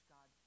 God